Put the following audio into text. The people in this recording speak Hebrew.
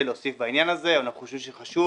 להוסיף בעניין הזה אבל אנחנו חושבים שחשוב